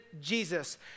Jesus